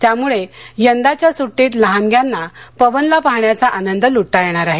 त्यामुळे यंदाच्या सूट्टीत लहानग्यांना पवनलां पाहण्याचा आनंद लुटता येणार आहे